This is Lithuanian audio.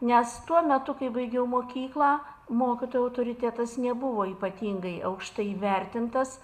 nes tuo metu kai baigiau mokyklą mokytojo autoritetas nebuvo ypatingai aukštai vertintas